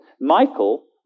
Michael